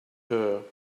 her